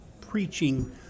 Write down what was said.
preaching